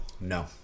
No